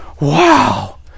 Wow